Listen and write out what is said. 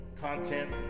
content